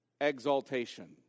exaltation